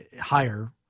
higher